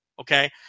Okay